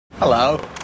Hello